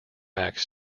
acts